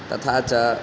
तथा च